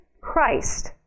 Christ